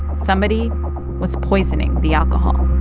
somebody was poisoning the alcohol